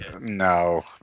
No